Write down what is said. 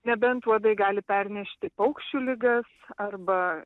nebent uodai gali pernešti paukščių ligas arba